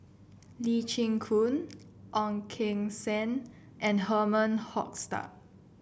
Lee Chin Koon Ong Keng Sen and Herman Hochstadt